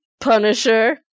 punisher